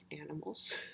animals